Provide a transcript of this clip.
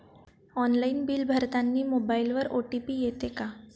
Online bill भरतानी मोबाईलवर OTP येते का?